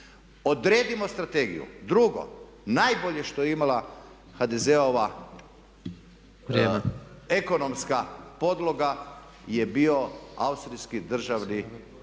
odredimo strategiju. Drugo, najbolje što je imala HDZ-ova ekonomska podloga je bio austrijski državni